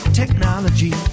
technology